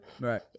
Right